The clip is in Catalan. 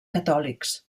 catòlics